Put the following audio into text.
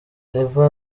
eva